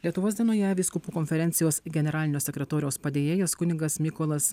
lietuvos dienoje vyskupų konferencijos generalinio sekretoriaus padėjėjas kunigas mykolas